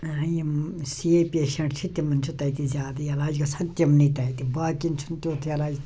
ٲں یِم C A patient چھِ تِمَن چھُ تتیٚے زیادٕ علاج گَژھان تمنٕے تتہِ باقیَن چھُنہٕ تیٛتھ علاج